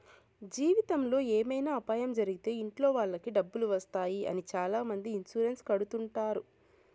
జీవితంలో ఏమైనా అపాయం జరిగితే ఇంట్లో వాళ్ళకి డబ్బులు వస్తాయి అని చాలామంది ఇన్సూరెన్స్ కడుతుంటారు